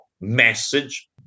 message